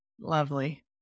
Lovely